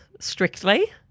strictly